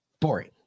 Boring